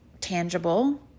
tangible